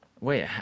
wait